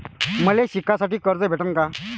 मले शिकासाठी कर्ज भेटन का?